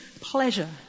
pleasure